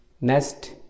Next